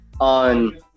on